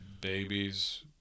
babies